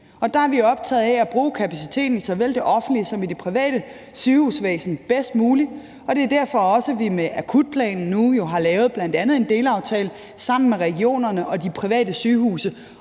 Der er vi optaget af at bruge kapaciteten i såvel det offentlige som det private sygehusvæsen bedst muligt, og det er jo også derfor, at vi med akutplanen nu bl.a. har lavet en delaftale sammen med regionerne og de private sygehuse